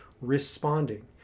Responding